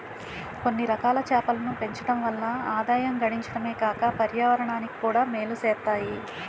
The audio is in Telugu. కొన్నిరకాల చేపలను పెంచడం వల్ల ఆదాయం గడించడమే కాక పర్యావరణానికి కూడా మేలు సేత్తాయి